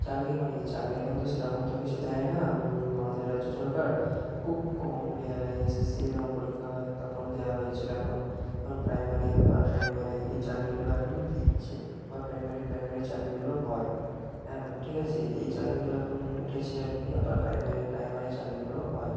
চাকরি মানে কী চাকরি এখন তো সে রকম তো কিছু দেয় না আমাদের রাজ্য সরকার খুব কম রেয়ারে এসএসসি যখন পরীক্ষা হয় তখন দেয়া হয়েছিলো এখন এখন প্রাইমারি আপার প্রাইমারি এই চাকরিগুলো এখন দিচ্ছে আপার প্রাইমারি প্রাইমারি চাকরিগুলো হয় এখন ঠিক আছে এই চাকরিগুলো এখন উঠেছে আর কি আপার প্রাইমারি প্রাইমারি চাকরিগুলো হয়